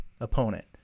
opponent